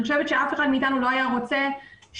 אני חושבת שאף אחד מאתנו לא היה רוצה שאדם